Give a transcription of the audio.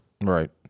Right